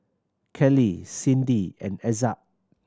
Kelli Cindi and Ezzard